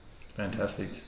Fantastic